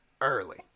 early